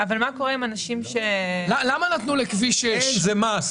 מה נעשה עם אנשים --- זה מס.